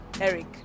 Eric